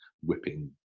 whipping